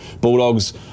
Bulldogs